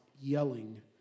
yelling